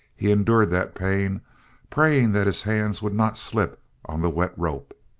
he endured that pain praying that his hands would not slip on the wet rope.